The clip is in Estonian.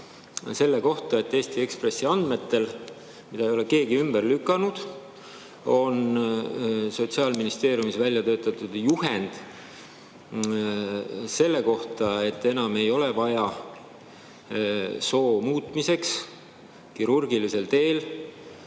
selle kohta, et Eesti Ekspressi andmetel – mida ei ole keegi ümber lükanud – on Sotsiaalministeeriumis välja töötatud juhend selle kohta, et enam ei ole vaja soo muutmiseks kirurgilisel teel